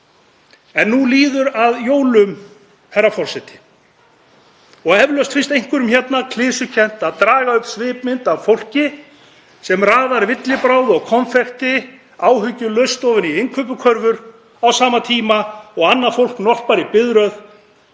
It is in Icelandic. Nú líður að jólum, herra forseti, og eflaust finnst einhverjum hérna klisjukennt að draga upp svipmynd af fólki sem raðar villibráð og konfekti áhyggjulaust ofan í innkaupakörfur á sama tíma og annað fólk norpar í biðröð